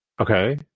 Okay